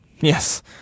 Yes